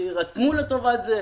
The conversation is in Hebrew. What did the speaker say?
שיירתמו לטובת זה,